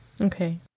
Okay